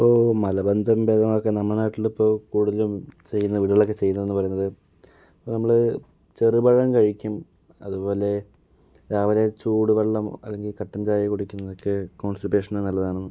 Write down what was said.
ഇപ്പോൾ മലബന്ധം ഉണ്ടായാൽ ഒക്കെ നമ്മുടെ നാട്ടില് ഇപ്പോൾ കൂടുതലും ചെയ്യുന്ന വീടുകളിൽ ഒക്കെ ചെയ്യുന്ന എന്ന് പറയുന്നത് നമ്മള് ചെറുപഴം കഴിക്കും അതുപോലെ രാവിലെ ചൂടുവെള്ളം അല്ലെങ്കിൽ കട്ടൻചായ കുടിക്കുന്ന ഒക്കെ കോൺസ്റ്റിപേഷന് നല്ലതാണ്